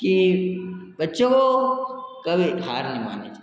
कि बच्चों को कभी हार नहीं मानना चहिए